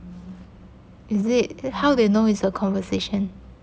is it how they know is a conversation